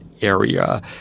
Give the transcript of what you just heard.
area